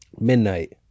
Midnight